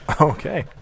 Okay